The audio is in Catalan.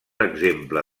exemple